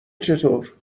چطور